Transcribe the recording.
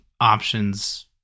options